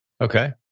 Okay